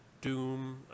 Doom